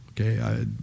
Okay